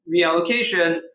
reallocation